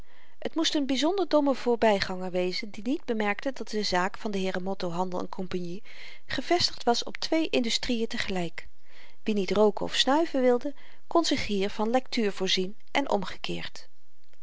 t moest n byzonder domme voorbyganger wezen die niet bemerkte dat de zaak van de heeren motto handel cie gevestigd was op twee industrien te gelyk wie niet rooken of snuiven wilde kon zich hier van lektuur voorzien en omgekeerd